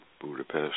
Budapest